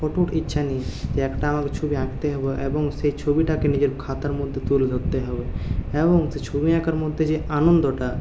কঠোর ইচ্ছা নিয়ে যে একটা আমাকে ছবি আঁকতেই হবে এবং সে ছবিটা কে নিজের খাতার মধ্যে তুলে ধরতেই হবে এবং সে ছবি আঁকার মধ্যে যে আনন্দটা